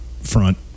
front